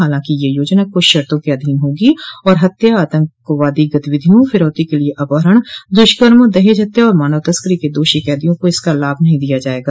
हालांकि यह योजना कुछ शर्तों के अधीन होगी और हत्या आतंकवादी गतिविधियों फिरौती के लिए अपहरण दुष्कर्म दहेज हत्या और मानव तस्करी के दोषी कैदियों को इसका लाम नहीं दिया जायेगा